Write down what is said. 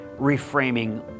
reframing